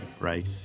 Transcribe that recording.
right